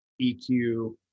eq